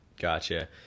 Gotcha